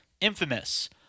infamous